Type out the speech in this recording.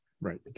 Right